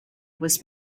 was